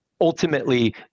ultimately